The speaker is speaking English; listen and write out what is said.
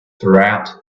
throughout